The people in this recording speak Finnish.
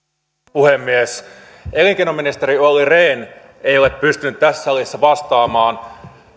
puhemies elinkeinoministeri olli rehn ei ole pystynyt tässä salissa vastaamaan